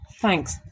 Thanks